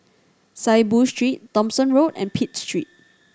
Saiboo Street Thomson Road and Pitt Street